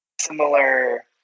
similar